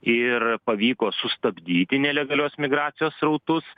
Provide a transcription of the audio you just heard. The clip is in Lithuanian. ir pavyko sustabdyti nelegalios migracijos srautus